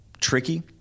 tricky